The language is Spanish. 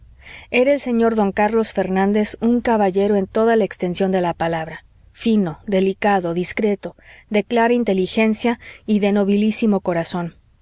era el señor don carlos fernández un caballero en toda la extensión de la palabra fino delicado discreto de clara inteligencia y de nobilísimo corazón